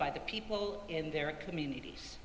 by the people in their communities